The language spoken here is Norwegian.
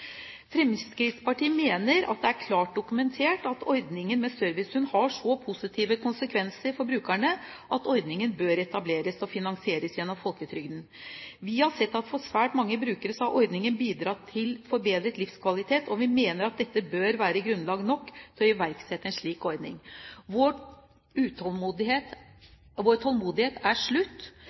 Fremskrittspartiet mener det er klart dokumentert at ordningen med servicehund har så positive konsekvenser for brukerne at ordningen bør etableres og finansieres gjennom folketrygden. Vi har sett at for svært mange brukere har ordningen bidratt til forbedret livskvalitet, og vi mener at dette bør være grunnlag nok til å iverksette en slik ordning. Vår tålmodighet er slutt.